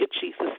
Jesus